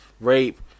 rape